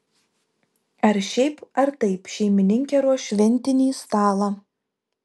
ar šiaip ar taip šeimininkė ruoš šventinį stalą